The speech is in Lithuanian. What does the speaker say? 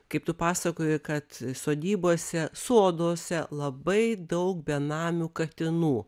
kaip tu pasakojai kad sodybose soduose labai daug benamių katinų